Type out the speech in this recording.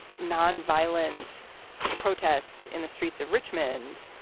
non-violent protest in the streets of richmond.